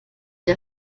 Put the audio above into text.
der